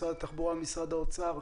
משרד התחבורה ומשרד האוצר,